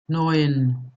neun